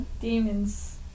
Demons